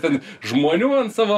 ten žmonių ant savo